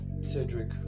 Cedric